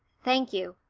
thank you,